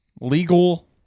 Legal